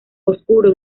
oscuro